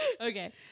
Okay